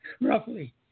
roughly